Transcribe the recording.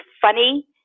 funny